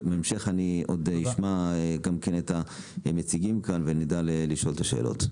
ובהמשך אני עוד אשמע גם כן את המציגים כאן ונדע לשאול את השאלות.